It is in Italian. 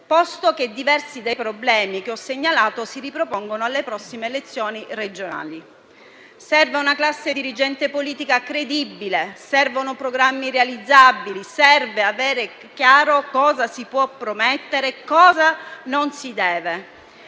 posto che diversi problemi che ho segnalato si riproporranno alle prossime elezioni regionali. Serve una classe dirigente politica credibile; servono programmi realizzabili; serve avere chiaro cosa si può promettere e cosa non si deve.